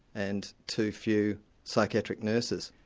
and too few psychiatric nurses.